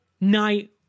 night